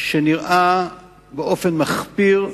שנראה מחפיר,